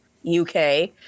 uk